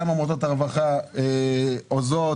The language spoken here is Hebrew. גם עמותות הרווחה עוזרות.